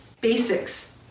basics